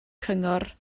cyngor